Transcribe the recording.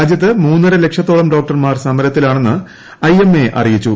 രാജ്യത്ത് മൂന്നര ലക്ഷത്തോളം ഡോക്ടർമാർ സമരത്തിലാണെന്ന് ഐ എം എ അറിയിച്ചു